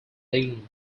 dean